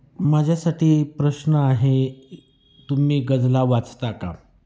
माझ्यासाठी प्रश्न आहे तुम्ही गजला वाचता का